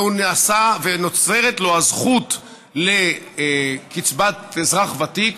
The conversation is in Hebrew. ונוצרת לו הזכות לקצבת אזרח ותיק,